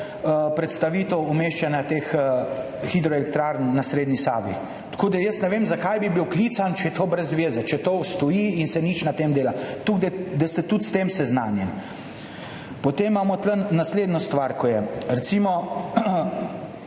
predstavitev umeščanja teh hidroelektrarn na srednji Savi. Jaz ne vem, zakaj bi bil klican, če je to brez zveze, če to stoji in se nič na tem ne dela. Da ste tudi s tem seznanjeni … Potem imamo tu naslednjo stvar, recimo